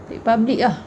the public ah